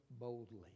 boldly